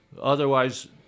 otherwise